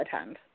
attend